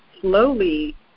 slowly